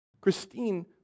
Christine